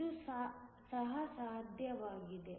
ಇದು ಸಹ ಸಾಧ್ಯ ಇದೆ